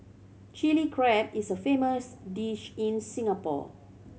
Chilli Crab is a famous dish in Singapore